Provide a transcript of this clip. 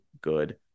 good